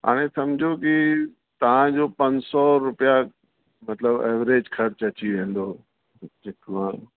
हाणे समुझो कि तव्हांजो पंज सौ रुपया मतलबु एवरेज ख़र्चु अची वेंदो जेको आहे